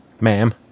Ma'am